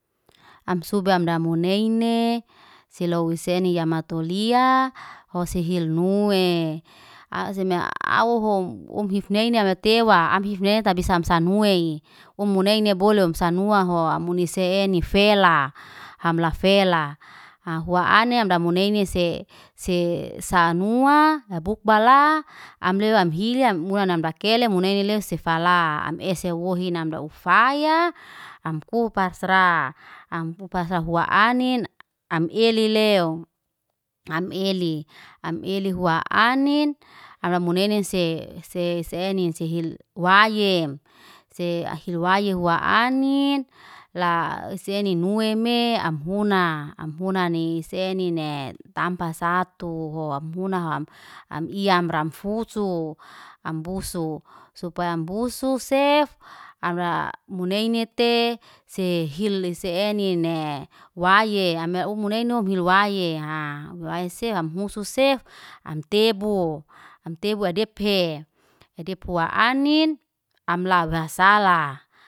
Am subam damunene silow seni ya matolia, hose hil nuwe. Aseme auhom hif neini awatewa, am hif metabisa samsanue. Hom munei bolom sanua ho, amunisehe ni fela, ham la fela. Ha hua anem amdamuneine se, se sanuaa, habukbala am leo am hilya munanam bakelea meneine le safala. Am ese lua wohin nam daufaya, am kupasraa. Am kupas hua anin, am elileo. Am eli am eli hua anin, amra muneine se. Se seni sehil wayem, se ahil wayahua anin, la seni nuweme amhuna. Amhuna nise nine, tampa satu hoa amhuna ham am iyam ram futsuu am busuk suapaya am bususef amra munainite sehili se enine. Waye ama umu neino bil waye se ham hususef am tebu. Am tebu am dephe. Adephua anin am lau wahasala.